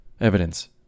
evidence